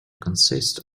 consists